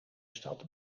stad